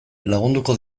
lagunduko